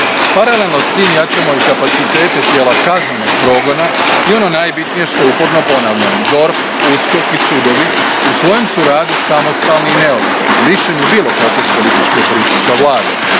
Paralelno s tim jačamo i kapacitete tijela kaznenog progona i ono najbitnije, što uporno ponavljam, DORH, USKOK i sudovi u svojem su radu samostalni i neovisni, lišeni bilo kakvog političkog pritiska Vlade.